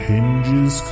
Hinges